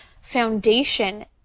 foundation